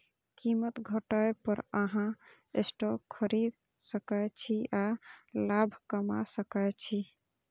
कीमत घटै पर अहां स्टॉक खरीद सकै छी आ लाभ कमा सकै छी